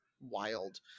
wild